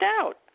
out